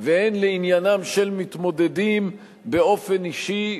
והן לעניינם של מתמודדים באופן אישי,